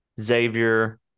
Xavier